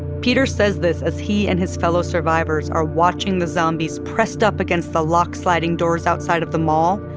peter says this as he and his fellow survivors are watching the zombies pressed up against the locked sliding doors outside of the mall,